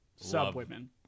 Sub-women